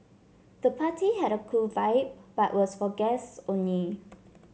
the party had a cool vibe but was for guests only